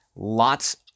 Lots